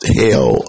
hell